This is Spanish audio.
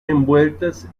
envueltas